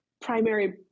primary